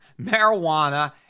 marijuana